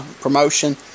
promotion